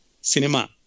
Cinema